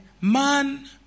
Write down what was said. man